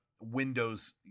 windows